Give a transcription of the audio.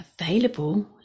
Available